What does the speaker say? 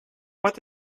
what